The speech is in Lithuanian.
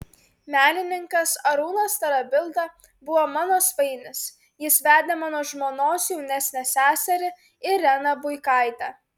menininkas arūnas tarabilda buvo mano svainis jis vedė mano žmonos jaunesnę seserį ireną buikaitę